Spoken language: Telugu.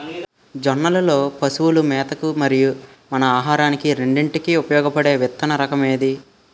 జొన్నలు లో పశువుల మేత కి మరియు మన ఆహారానికి రెండింటికి ఉపయోగపడే విత్తన రకం ఏది?